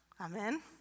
Amen